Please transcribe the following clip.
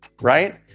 right